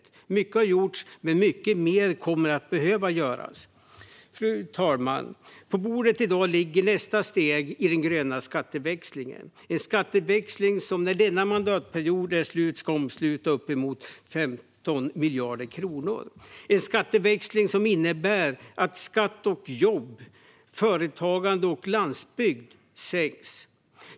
Mycket har gjorts, men mycket mer kommer att behöva göras. Fru talman! På bordet i dag ligger nästa steg i den gröna skatteväxlingen. Det är en skatteväxling som när denna mandatperiod är slut ska omsluta uppemot 15 miljarder kronor. Det är en skatteväxling som innebär att skatten på jobb, företagande och landsbygd sänks.